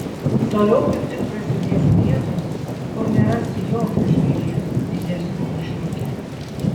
toliau kaip tik prasidės vietos kur nerasi jokio žvėries didesnio už žiurkę